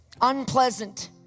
UNPLEASANT